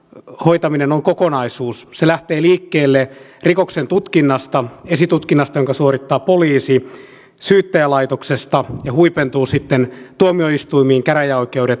voittaminen olennaisesti kerrottu ne asiat mihin meidän tulee nyt tässä hallituksenkin puolelta ja koko eduskuntana ottaa kantaa